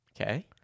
Okay